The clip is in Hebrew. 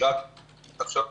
היא רק עכשיו מחמירה,